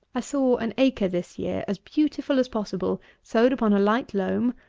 i saw an acre this year, as beautiful as possible, sowed upon a light loam,